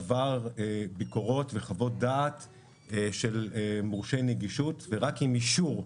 עבר ביקורות וחוות דעת של מורשי נגישות ורק עם אישור,